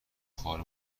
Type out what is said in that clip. خوار